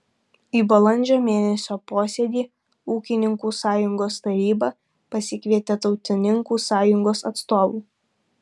į balandžio mėnesio posėdį ūkininkų sąjungos taryba pasikvietė tautininkų sąjungos atstovų